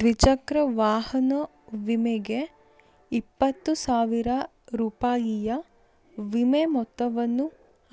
ದ್ವಿಚಕ್ರ ವಾಹನ ವಿಮೆಗೆ ಇಪ್ಪತ್ತು ಸಾವಿರ ರೂಪಾಯಿಯ ವಿಮೆ ಮೊತ್ತವನ್ನು